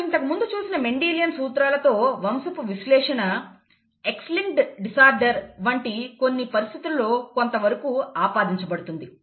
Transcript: మనం ఇంతకు ముందు చూసిన మెండెలియన్ సూత్రాలతో వంశపు విశ్లేషణ X లింక్డ్ డిసార్డర్ వంటి కొన్ని పరిస్థితులలో కొంతవరకూ ఆపాదించబడుతుంది